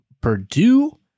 Purdue